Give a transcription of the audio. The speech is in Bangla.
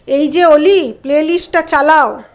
এই যে অলি প্লে লিস্টটা চালাও